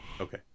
Okay